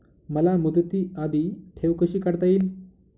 मला मुदती आधी ठेव कशी काढता येईल?